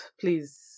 please